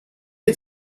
had